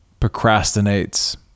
procrastinates